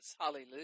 Hallelujah